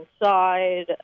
inside